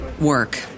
work